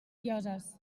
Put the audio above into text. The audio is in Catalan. llosses